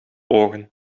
ogen